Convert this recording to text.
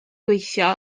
gweithio